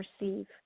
receive